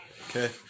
Okay